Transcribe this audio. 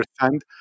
understand